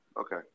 Okay